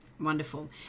Wonderful